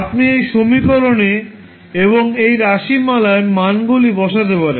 আপনি এই সমীকরণে এবং এই রাশিমালায় মানগুলি বসাতে পারেন